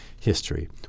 history